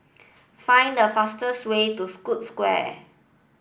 find the fastest way to Scotts Square